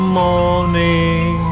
morning